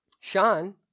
Sean